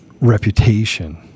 reputation